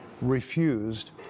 refused